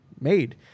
made